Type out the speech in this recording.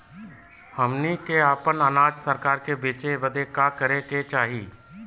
हमनी के आपन अनाज सरकार के बेचे बदे का करे के चाही?